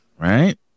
Right